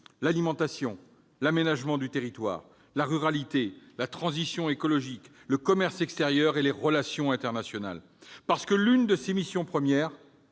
l'alimentation, l'aménagement du territoire, la ruralité, la transition écologique, le commerce extérieur et les relations internationales. Parce que l'une des missions premières